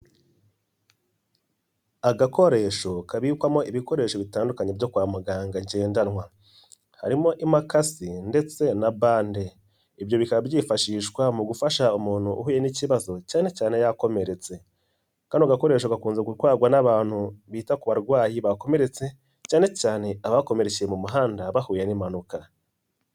Agakoresho kabikwamo ibikoresho bitandukanye byo kwa muganga ngendanwa. Harimo imakasi ndetse na bande. Ibyo bikaba byifashishwa mu gufasha umuntu uhuye n'ikibazo cyane cyane yakomeretse. Kano gakoresho bakunze gutwarwa n'abantu bita ku barwayi bakomeretse cyane cyane abakomerekeye mu muhanda bahuye n'impanuka.